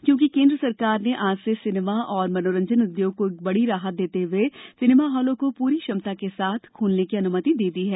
क्योंकि केन्द्र सरकार ने आज से सिनेमा और मनोरंजन उद्योग को एक बड़ी राहत देते हुए सिनेमा हॉलों को पूरी क्षमता के साथ काम करने की अनुमति दे दी है